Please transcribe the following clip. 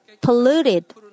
polluted